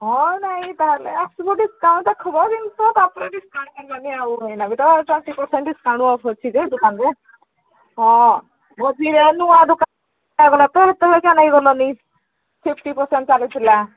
ହଁ ନାଇଁ ତା'ହେଲେ ଆସିବୁ ଡିସ୍କାଉଣ୍ଟ ଦେଖିବ ଜିନିଷ ତାପରେ ଡିସ୍କାଉଣ୍ଟ କରନି ଆଉ ହେଇନା ବି ତ ଟ୍ୱେଣ୍ଟି ପରସେଣ୍ଟ ଡିସ୍କାଉଣ୍ଟ ଅଫ ଅଛି ଯେ ଦୋକାନରେ ହଁ ବଝ ନୂଆ ଦୋକାନ ଗଲା ତ ଏତେ ହେରା ନେଇଗଲଣି ଫିପ୍ଟି ପରସେଣ୍ଟ ଚାଲିଥିଲା